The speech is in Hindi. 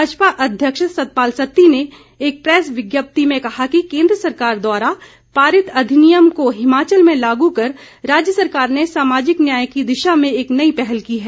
भाजपा अध्यक्ष सतपाल सत्ती ने एक प्रेस विज्ञप्ति में कहा कि केन्द्र सरकार द्वारा पारित अधिनियम को हिमाचल में लागू कर राज्य सरकार ने सामाजिक न्याय की दिशा में एक नई पहल की है